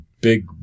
big